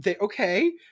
Okay